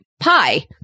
pie